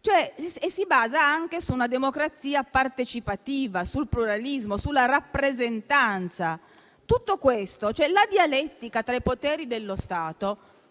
Si basa anche su una democrazia partecipativa, sul pluralismo e sulla rappresentanza. Tutto questo, cioè la dialettica tra i poteri dello Stato,